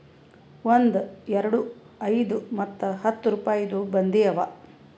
ಒಂದ್, ಎರಡು, ಐಯ್ದ ಮತ್ತ ಹತ್ತ್ ರುಪಾಯಿದು ಬಂದಿ ಅವಾ